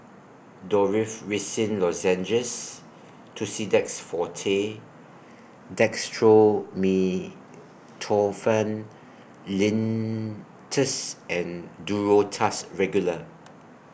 Dorithricin Lozenges Tussidex Forte Dextromethorphan Linctus and Duro Tuss Regular